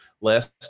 last